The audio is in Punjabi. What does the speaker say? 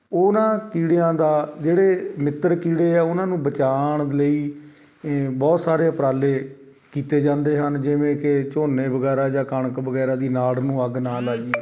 ਉਹਨਾਂ ਕੀੜਿਆਂ ਦਾ ਜਿਹੜੇ ਮਿੱਤਰ ਕੀੜੇ ਹੈ ਉਹਨਾਂ ਨੂੰ ਬਚਾਉਣ ਲਈ ਬਹੁਤ ਸਾਰੇ ਉਪਰਾਲੇ ਕੀਤੇ ਜਾਂਦੇ ਹਨ ਜਿਵੇਂ ਕਿ ਝੋਨੇ ਵਗੈਰਾ ਜਾਂ ਕਣਕ ਵਗੈਰਾ ਦੀ ਨਾੜ ਨੂੰ ਅੱਗ ਨਾ ਲਈਏ